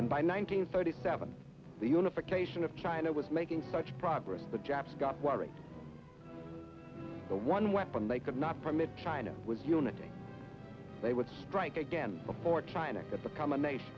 and by nineteen thirty seven the unification of china was making such progress the japs got worried the one weapon they could not permit china was unity they would strike again before china could become a nation